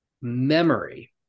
Memory